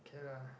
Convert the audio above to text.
okay lah